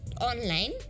online